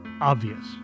obvious